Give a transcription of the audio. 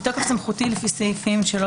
בתוקף סמכותי לפי סעיפים 3,